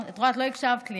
את לא הקשבת לי.